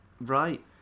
Right